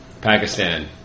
Pakistan